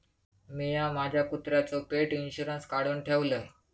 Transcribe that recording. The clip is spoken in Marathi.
मिया माझ्या कुत्र्याचो पेट इंशुरन्स काढुन ठेवलय